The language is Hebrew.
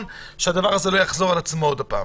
כדי שהדבר הזה לא יחזור על עצמו עוד הפעם.